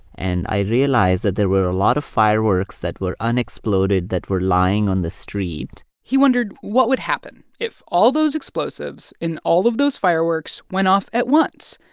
and i realized that there were a lot of fireworks that were unexploded that were lying on the street he wondered what would happen if all those explosives in all of those fireworks went off at once,